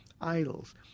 idols